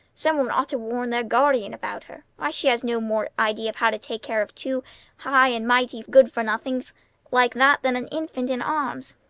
some one ought to warn their guardian about her. why, she has no more idea of how to take care of two high and mighty good-for-nothings like that than an infant in arms!